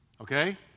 okay